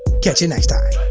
catch ya next time.